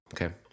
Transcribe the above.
Okay